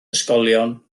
ysgolion